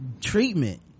treatment